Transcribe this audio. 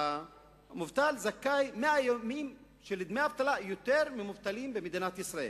המובטל זכאי ל-100 ימים של דמי אבטלה יותר ממובטלים במדינת ישראל.